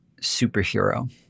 superhero